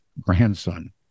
grandson